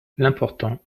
l’important